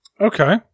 Okay